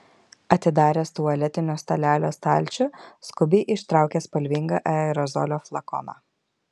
atidaręs tualetinio stalelio stalčių skubiai ištraukė spalvingą aerozolio flakoną